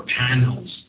panels